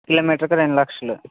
కిలోమీటర్కి రెండు లక్షలు